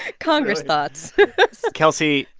ah congress thoughts kelsey,